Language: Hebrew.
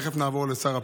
תכף נעבור לשר הפנים.